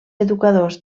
educadors